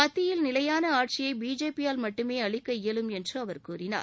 மத்தியில் நிலையான ஆட்சியை பிஜேபி யால் மட்டுமே அளிக்க இயலும் என்று அவர் கூறினார்